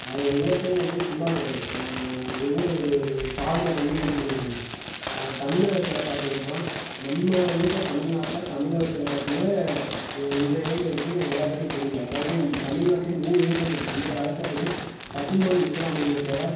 அவங்க ஒவ்வொருத்தவங்க வந்து சும்மா கிடையாது ஒவ்வொரு ஒரு சாதனை பண்ணி இது பண்ணி இருக்காங்க தமிழகத்துல பார்த்தீங்கன்னா நம்ம இருக்கிற தமிழ்நாட்டுல தமிழகத்துல பற்றியே இன்றைய இளைஞர்களுக்கு நிறையா பேர்த்துக்கு தெரியல அதாவது தமிழ்நாட்டின் மூவேந்தர்கள் என்று அழைக்கப்படும் பசும்பொன் முத்துராமலிங்க தேவர்